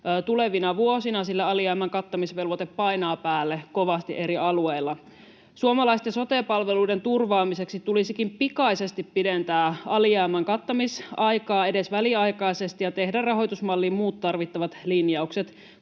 tulevina vuosina, sillä alijäämän kattamisvelvoite painaa päälle kovasti eri alueilla. Suomalaisten sote-palveluiden turvaamiseksi tulisikin pikaisesti pidentää alijäämän kattamisaikaa edes väliaikaisesti ja tehdä rahoitusmalliin muut tarvittavat linjaukset.